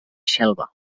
xelva